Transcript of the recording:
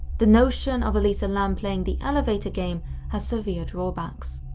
the notion of elisa lam playing the elevator game has severe drawbacks.